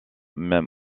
même